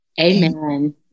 Amen